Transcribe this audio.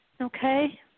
Okay